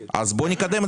המקביל.